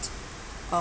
um